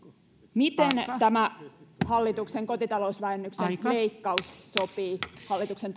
miten tämä hallituksen kotitalousvähennyksen leikkaus sopii hallituksen